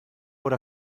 oder